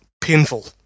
painful